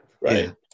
right